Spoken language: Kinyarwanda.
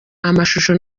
amashusho